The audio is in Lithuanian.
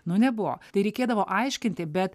nu nebuvo tai reikėdavo aiškinti bet